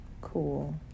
cool